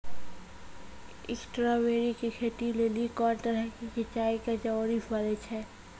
Strawberry के खेती लेली कोंन तरह के सिंचाई के जरूरी पड़े छै?